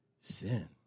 sin